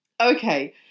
Okay